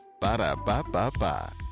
Ba-da-ba-ba-ba